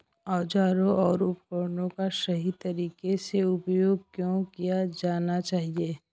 औजारों और उपकरणों का सही तरीके से उपयोग क्यों किया जाना चाहिए?